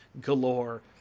galore